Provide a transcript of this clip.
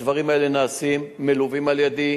הדברים האלה נעשים, מלווים על-ידי.